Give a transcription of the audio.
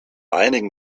einigen